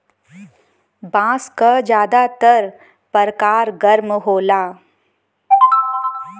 बांस क जादातर परकार गर्म होला